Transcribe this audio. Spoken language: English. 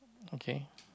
okay